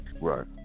right